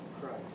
Christ